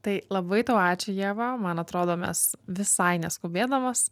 tai labai tau ačiū ieva man atrodo mes visai neskubėdamos